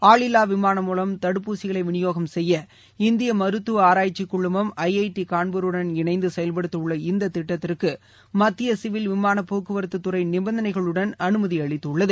ஆளில்லா விமானம் மூலம் தடுப்பூசிகளை விநியோகம் செய்ய இந்திய மருத்துவ ஆராய்ச்சி குழுமம் ஐ ஐ டி கான்பூருடன் இணைந்து செயல்படுத்தவுள்ள இந்த திட்டத்திற்கு மத்திய சிவில் விமான போக்குவரத்துத் துறை நிபந்தனைகளுடன் அனுமதி அளித்துள்ளது